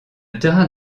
terrain